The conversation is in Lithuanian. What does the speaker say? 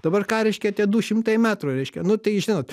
dabar ką reiškia tie du šimtai metrų reiškia nu tai žinot